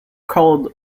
called